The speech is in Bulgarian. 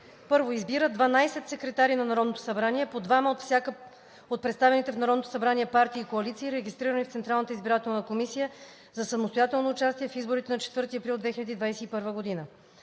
1. Избира 12 секретари на Народното събрание – по двама от представените в Народното събрание партии и коалиции, регистрирани в Централната избирателна комисия за самостоятелно участие в изборите на 4 април 2021 г.